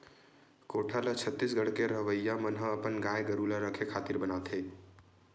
कोठा ल छत्तीसगढ़ के रहवइया मन ह अपन गाय गरु ल रखे खातिर बनाथे